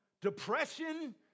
depression